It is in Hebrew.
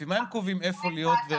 לפי מה קובעים איפה להיות?